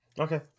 Okay